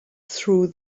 through